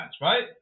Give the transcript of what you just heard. right